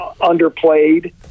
underplayed